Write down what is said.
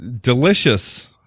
delicious